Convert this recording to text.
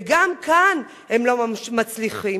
וגם כאן הם לא מצליחים.